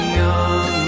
young